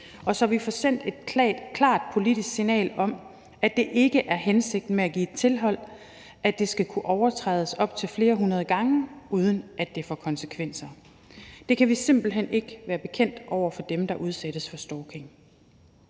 og så vi får sendt et klart politisk signal om, at det ikke er hensigten med at give et tilhold, at det skal kunne overtrædes op til flere hundrede gange, uden at det får konsekvenser. Det kan vi simpelt hen ikke være bekendt over for dem, der udsættes for stalking.